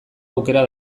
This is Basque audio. aukera